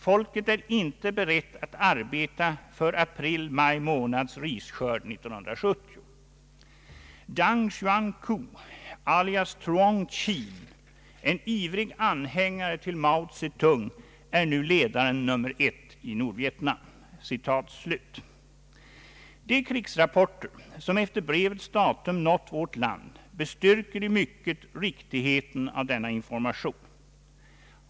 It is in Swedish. Folket är inte berett att arbeta för april—maj månads risskörd 1970. De krigsrapporter som efter brevets datum har nått vårt land bestyrker i mycket riktigheten av denna information.